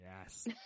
yes